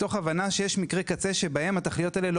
מתוך הבנה שיש מקרי קצה שבהם התכליות האלה לא